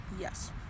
Yes